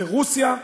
ברוסיה,